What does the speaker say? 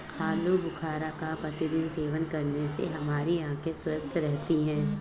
आलू बुखारा का प्रतिदिन सेवन करने से हमारी आंखें स्वस्थ रहती है